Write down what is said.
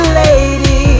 lady